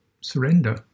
surrender